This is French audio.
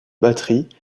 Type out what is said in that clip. batterie